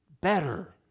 better